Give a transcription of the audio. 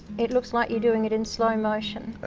it looks like you're doing it in slow motion. ah,